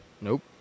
Nope